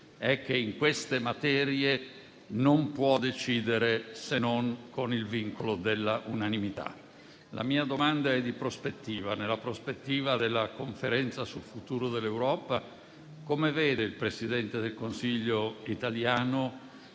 è che in queste materie non può decidere, se non con il vincolo dell'unanimità. La mia domanda è di prospettiva: nella prospettiva della Conferenza sul futuro dell'Europa, le chiedo come il Presidente del Consiglio italiano